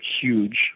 huge